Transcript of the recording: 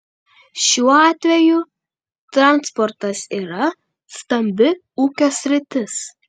šiuo atveju transportas yra stambi ūkio sritis